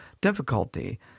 difficulty